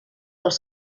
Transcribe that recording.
els